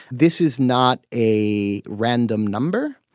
this is not a random number.